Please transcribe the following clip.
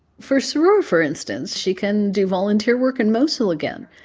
for sroor, for instance, she can do volunteer work in mosul again.